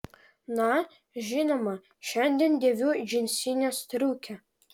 na žinoma šiandien dėviu džinsinę striukę